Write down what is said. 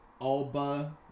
Alba